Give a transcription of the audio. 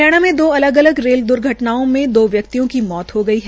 हरियाणा में दो अलग अलग रेल द्र्घटनाओं में दो व्यक्तियों की मौत हो गई है